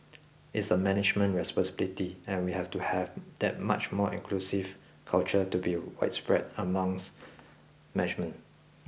it's a management responsibility and we have to have that much more inclusive culture to be widespread amongst management